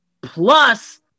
plus